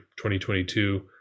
2022